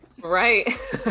right